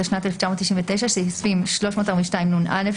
התשנ"ט-1999 סעיפים 342נא,